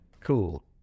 Cool